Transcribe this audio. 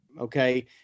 Okay